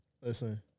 Listen